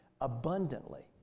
abundantly